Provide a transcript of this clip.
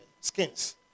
skins